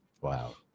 Wow